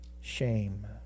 shame